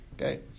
Okay